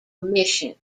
mission